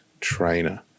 trainer